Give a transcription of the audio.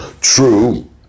true